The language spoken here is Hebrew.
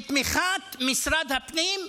בתמיכת משרד הפנים,